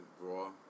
Raw